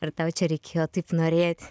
ar tau čia reikėjo taip norėt